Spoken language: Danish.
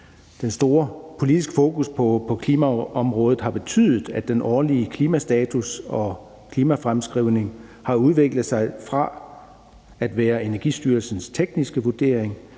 den store politiske fokus på klimaområdet har betydet, at den årlige klimastatus og klimafremskrivning har udviklet sig fra at være Energistyrelsens tekniske vurdering